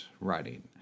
writing